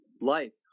life